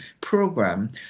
program